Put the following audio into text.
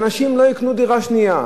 שאנשים לא יקנו דירה שנייה,